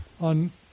on